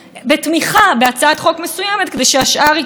בעצם כל הצעת חוק כזאת נתמכה על ידי אולי